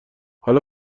حالا